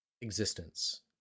existence